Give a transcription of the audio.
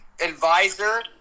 Advisor